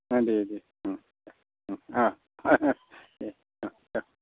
दे दे अ दे अ दे अ अ